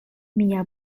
mia